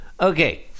Okay